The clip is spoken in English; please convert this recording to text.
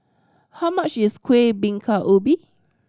how much is Kueh Bingka Ubi